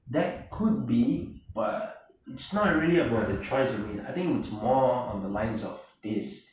that could be but it's not really about the choice for meal I think much more on the lines of taste